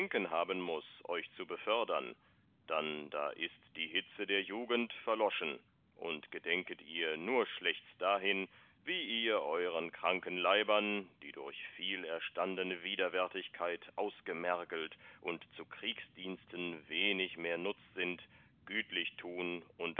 haben muß euch zu befördern dann da ist die hitze der jugend verloschen und gedenket ihr nur schlechts dahin wie ihr eueren kranken leibern die durch viel erstandene widerwärtigkeit ausgemergelt und zu kriegsdiensten wenig mehr nutz seind gütlich tun